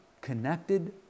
connected